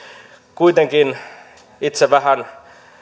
kuitenkin itse vähän